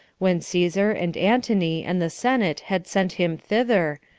when caesar, and antony, and the senate had sent him thither,